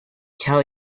tell